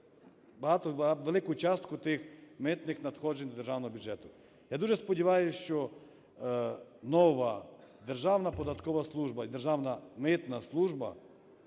багато, велику частку тих митних надходжень до державного бюджету. Я дуже сподіваюсь, що нова Державна податкова служба і Державна митна служба